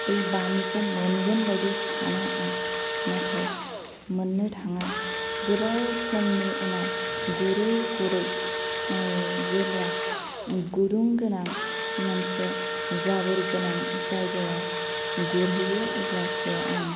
बे बामिखौ मोनगोन बायदि सानो आं नाथाय मोननो थाङा गोबाव समनि उनाव गुरै गुरै जेब्ला गुदुं गोनां मोनसे जाबोर गोनां जायगायाव गुरहैयो अब्लासो आं